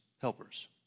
helpers